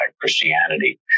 Christianity